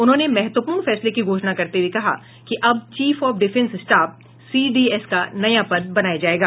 उन्होंने महत्वपूर्ण फैसले की घोषणा करते हुए कहा कि अब chief of defence staff CDS का नया पद बनाया जायेगा